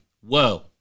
Whoa